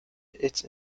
its